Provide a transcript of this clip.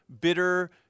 bitter